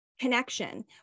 connection